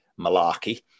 malarkey